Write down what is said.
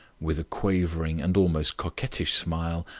with a quavering and almost coquettish smile.